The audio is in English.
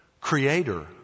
creator